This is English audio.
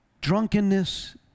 drunkenness